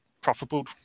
profitable